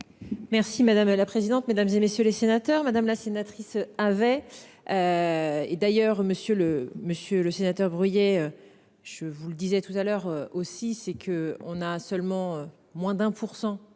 Merci madame la présidente, mesdames et messieurs les sénateurs, madame la sénatrice avait. Et d'ailleurs monsieur le monsieur le sénateur brouillé. Je vous le disais tout à l'heure aussi c'est que on a seulement moins d'un pour 100